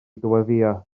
dyweddïo